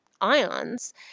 ions